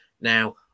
Now